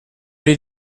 did